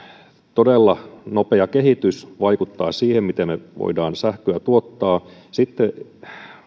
todella nopea kehitys vaikuttaa siihen miten me voimme sähköä tuottaa sitten